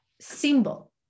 symbol